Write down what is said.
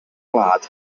gwlad